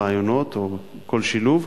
ראיונות או כל שילוב,